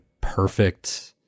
perfect